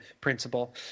principle